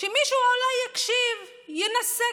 ושמישהו אולי יקשיב וינסה,